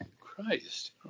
Christ